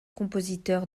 compositeur